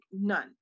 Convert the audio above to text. none